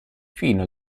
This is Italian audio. fino